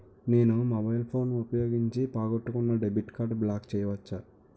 నేను mobile phone ఉపయోగించి పోగొట్టుకున్న డెబిట్ కార్డ్ని బ్లాక్ చేయవచ్చా?